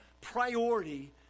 priority